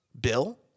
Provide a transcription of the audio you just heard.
bill